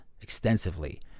extensively